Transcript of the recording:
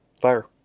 Fire